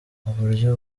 uburyo